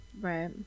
Right